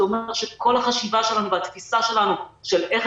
זה אומר שכל החשיבה שלנו והתפיסה שלנו של איך